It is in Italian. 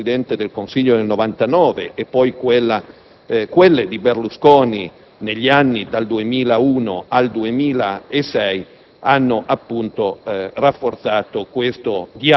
credo, anche con le missioni del Presidente del Consiglio nel 1999 e poi con quelle di Berlusconi negli anni dal 2001 al 2006,